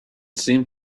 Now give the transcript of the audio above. seemed